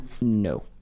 no